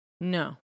No